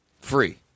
Free